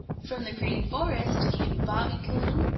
from the green forest came bobby coon,